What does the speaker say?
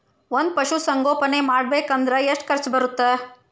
ಒಂದ್ ಪಶುಸಂಗೋಪನೆ ಮಾಡ್ಬೇಕ್ ಅಂದ್ರ ಎಷ್ಟ ಖರ್ಚ್ ಬರತ್ತ?